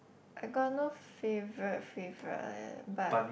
I got no favourite favourite but